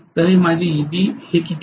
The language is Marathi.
तर हे माझे Eb हे किती आहे